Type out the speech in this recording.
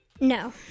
No